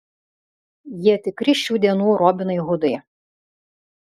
jie tikri šių dienų robinai hudai